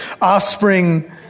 Offspring